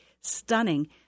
stunning